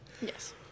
Yes